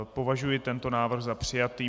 Považuji tento návrh za přijatý.